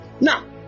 now